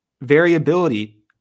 variability